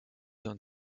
d’un